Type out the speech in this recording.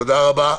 תודה רבה.